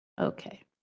okay